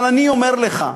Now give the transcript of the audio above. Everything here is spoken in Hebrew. אבל אני אומר לך,